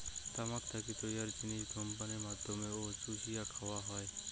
তামাক থাকি তৈয়ার জিনিস ধূমপানের মাধ্যমত ও চুষিয়া খাওয়া হয়